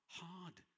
hard